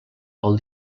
pel